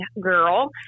girl